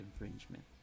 infringement